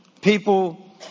people